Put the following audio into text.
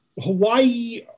Hawaii